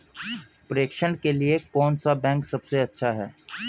प्रेषण के लिए कौन सा बैंक सबसे अच्छा है?